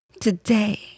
today